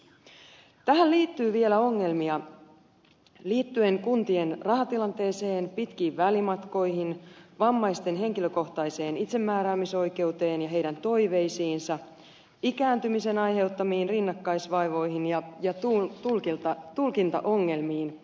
tähän liittyy vielä ongelmia liittyen kuntien rahatilanteeseen pitkiin välimatkoihin vammaisten henkilökohtaiseen itsemääräämisoikeuteen ja heidän toiveisiinsa ikääntymisen aiheuttamiin rinnakkaisvaivoihin ja tulkintaongelmiin